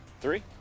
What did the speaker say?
three